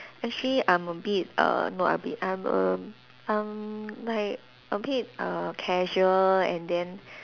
actually I'm a bit uh not a bit I'm a like a bit uh casual and then